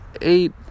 eight